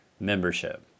membership